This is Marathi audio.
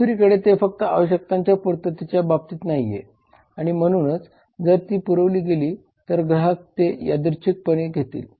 दुसरीकडे ते फक्त आवश्यकतांच्या पूर्ततेच्या बाबतीत नाहीये आणि म्हणूनच जर ती पुरवली गेली तर ग्राहक ते यादृच्छिकपणे घेतील